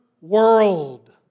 world